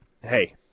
Hey